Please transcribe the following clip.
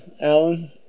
Alan